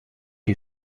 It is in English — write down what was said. you